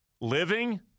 living